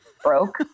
broke